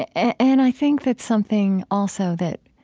and i think that something, also, that